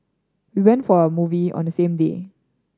they went for a movie on the same day